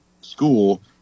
school